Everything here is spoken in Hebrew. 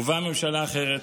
ובאה ממשלה אחרת.